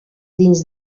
dins